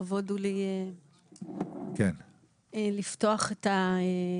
לכבוד הוא לי לפתוח את הדברים.